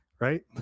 right